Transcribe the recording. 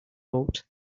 boat